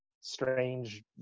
strange